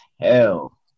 hell